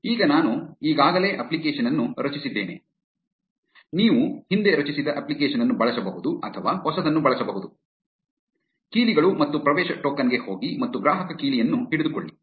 ಈಗ ನಾನು ಈಗಾಗಲೇ ಅಪ್ಲಿಕೇಶನ್ ಅನ್ನು ರಚಿಸಿದ್ದೇನೆ ನೀವು ಹಿಂದೆ ರಚಿಸಿದ ಅಪ್ಲಿಕೇಶನ್ ಅನ್ನು ಬಳಸಬಹುದು ಅಥವಾ ಹೊಸದನ್ನು ಬಳಸಬಹುದು ಕೀಲಿಗಳು ಮತ್ತು ಪ್ರವೇಶ ಟೋಕನ್ ಗೆ ಹೋಗಿ ಮತ್ತು ಗ್ರಾಹಕ ಕೀಲಿಯನ್ನು ಹಿಡಿದುಕೊಳ್ಳಿ